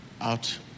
out